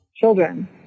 children